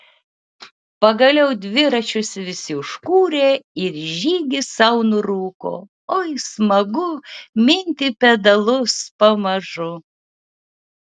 pagaliau dviračius visi užkūrė ir į žygį sau nurūko oi smagu minti pedalus pamažu